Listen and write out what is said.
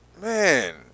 Man